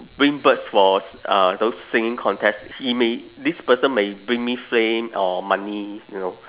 bring birds for si~ uh those singing contest he may this person may bring me fame or money you know